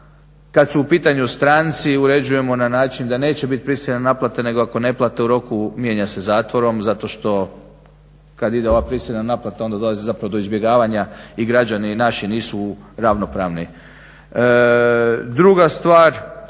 Kad su u pitanju stranci uređujemo na način da neće biti prisiljene naplate nego ako ne plate u roku mijenja se zatvorom zato što kad ide ova prisiljena naplata onda dolazi zapravo do izbjegavanja i građani naši nisu ravnopravni. Druga stvar